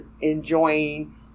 enjoying